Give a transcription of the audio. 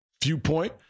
viewpoint